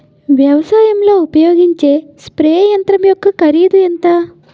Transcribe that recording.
వ్యవసాయం లో ఉపయోగించే స్ప్రే యంత్రం యెక్క కరిదు ఎంత?